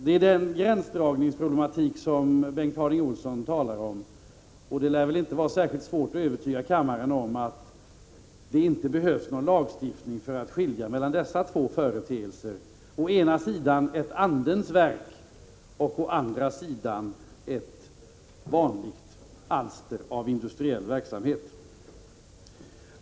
Det är den gränsdragningsproblematik som Bengt Harding Olson talar om. Det lär inte vara särskilt svårt att övertyga kammaren om att det inte behövs någon lagstiftning för att skilja mellan dessa två företeelser: å ena sidan ett andens verk och å andra sidan ett vanligt alster av industriell verksamhet.